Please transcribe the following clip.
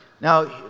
Now